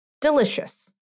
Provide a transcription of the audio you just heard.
delicious